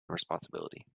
responsibility